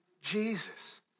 Jesus